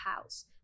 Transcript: House